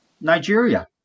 nigeria